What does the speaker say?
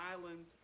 island